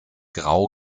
grau